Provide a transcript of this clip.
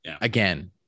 again